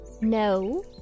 No